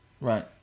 Right